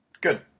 Good